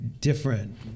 different